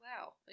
wow